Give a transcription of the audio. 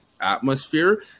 atmosphere